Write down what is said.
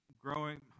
Growing